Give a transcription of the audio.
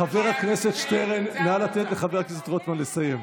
נא לתת לחבר הכנסת רוטמן לסיים.